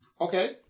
Okay